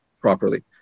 properly